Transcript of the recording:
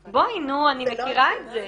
בואי, נו, אני מכירה את זה.